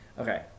okay